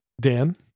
Dan